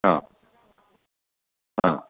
हां हां